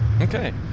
Okay